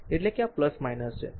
તેથી આ એટલે કે આ છે